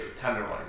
tenderloin